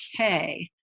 okay